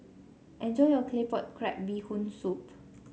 enjoy your Claypot Crab Bee Hoon Soup